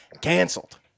canceled